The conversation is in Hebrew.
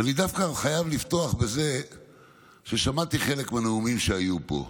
ואני דווקא חייב לפתוח בזה ששמעתי חלק מהנאומים שהיו פה,